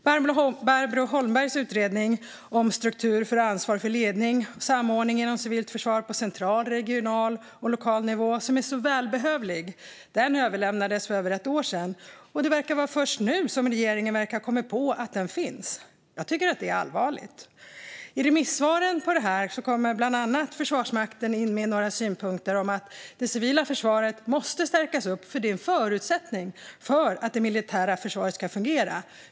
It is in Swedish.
Barbro Holmbergs utredning om struktur för ansvar, ledning och samordning inom civilt försvar på central, regional och lokal nivå, som är så välbehövlig, överlämnades för över ett år sedan. Och det verkar vara först nu som regeringen har kommit på att den finns. Jag tycker att det är allvarligt. I remissvaren på utredningen kom bland andra Försvarsmakten in med några synpunkter om att det civila försvaret måste stärkas eftersom det är en förutsättning för att det militära försvaret ska fungera.